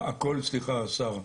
סליחה השר.